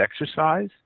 exercise